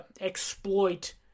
exploit